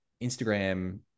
Instagram